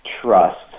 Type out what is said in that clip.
trust